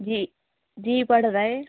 جی جی پڑھ رہے